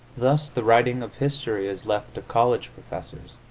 thus the writing of history is left to college professors,